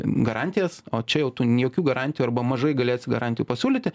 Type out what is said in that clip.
garantijas o čia jau tu jokių garantijų arba mažai galėsi garantijų pasiūlyti